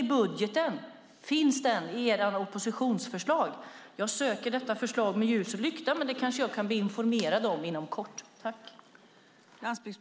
I vilken del av ert budgetförslag finns de? Jag söker med ljus och lykta, men ni kanske kan informera mig om det inom kort.